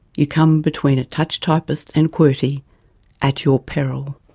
you come between a touch typist and qwerty at your peril.